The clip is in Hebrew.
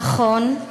נכון,